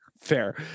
Fair